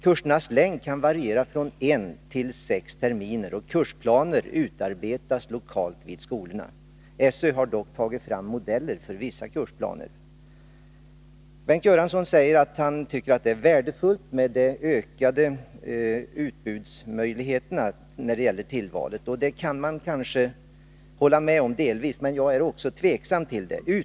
Kursernas längd kan variera från en till sex terminer. Kursplaner utarbetas lokalt vid skolorna. SÖ har dock tagit fram modeller för vissa kursplaner. Bengt Göransson säger att han tycker det är värdefullt med de ökade möjligheterna i utbudet av tillvalsämnen. Det kan man kanske hålla med om delvis, men jag är också tveksam till det nya systemet.